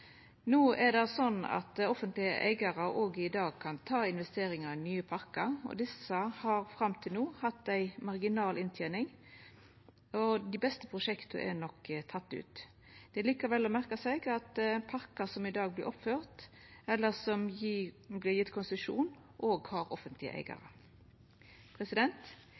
no hatt ei marginal inntening, og dei beste prosjekta er nok tekne ut. Det er likevel å merka seg at parkar som vert oppførte i dag, eller som vert gjevne konsesjon, òg har offentlege eigarar.